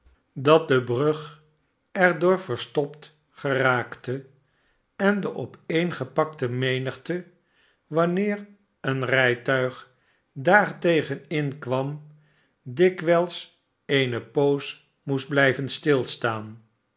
rudge de brug er door verstopt geraakte en de opeengepakie menigte waimeer een rijtuig daartegen in kwam dikwijls eene poos oioest blijven stilstaan